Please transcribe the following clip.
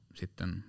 sitten